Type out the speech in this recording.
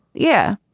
yeah,